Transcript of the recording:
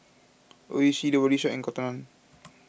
Oishi the Body Shop and Cotton on